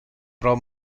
pro